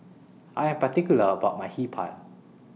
I Am particular about My Hee Pan